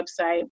website